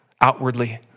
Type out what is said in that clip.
outwardly